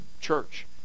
church